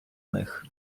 них